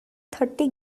thirty